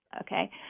Okay